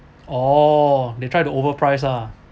oh they try to overprice ah